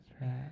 right